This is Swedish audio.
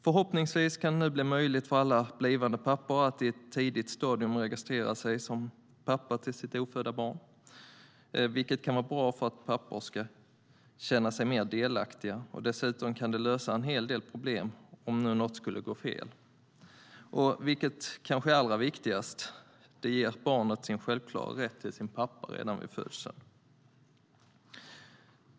Förhoppningsvis kan det nu bli möjligt för alla blivande pappor att på ett tidigt stadium registrera sig som pappa till sitt ofödda barn, vilket kan vara bra för att pappor ska känna sig mer delaktiga. Dessutom kan det lösa en hel del problem om något skulle gå fel. Och kanske allra viktigast: Det ger barnet dess självklara rätt till pappan redan vid födseln.